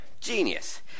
Genius